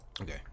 Okay